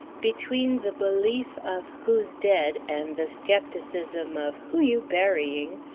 between the belief of who's dead and the skepticism of who you burying?